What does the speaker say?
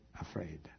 afraid